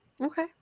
Okay